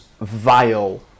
vile